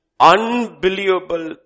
Unbelievable